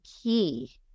key